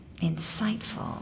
insightful